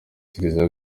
kiriziya